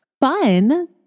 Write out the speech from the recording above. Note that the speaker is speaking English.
fun